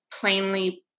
plainly